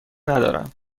ندارم